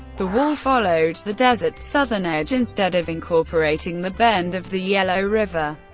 the wall followed the desert's southern edge instead of incorporating the bend of the yellow river.